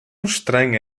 estranha